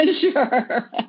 Sure